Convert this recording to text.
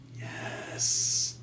yes